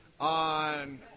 on